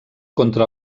contra